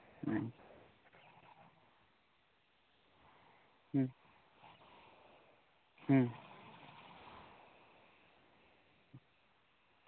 ᱟᱪᱪᱷᱟ